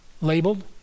labeled